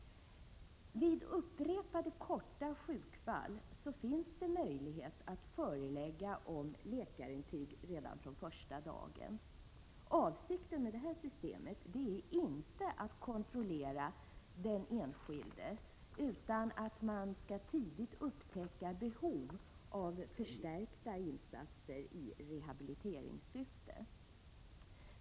Vid upprepade korta sjukdomsfall finns det möjlighet att förelägga om läkarintyg redan från första dagen. Avsikten med det systemet är inte att kontrollera den enskilde utan att tidigt upptäcka behov av förstärkta insatser i rehabiliteringssyfte.